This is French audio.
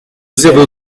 zéro